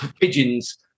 pigeons